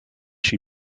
she